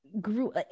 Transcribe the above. grew